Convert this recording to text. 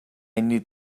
need